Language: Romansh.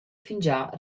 fingià